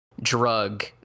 drug